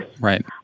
Right